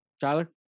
Tyler